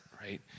right